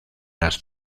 las